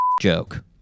joke